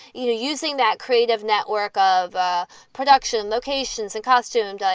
you know using that creative network of ah production locations and costumes.